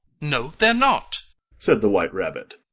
no, they're not said the white rabbit,